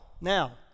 now